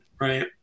right